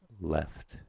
left